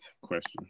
question